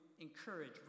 encourage